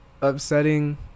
upsetting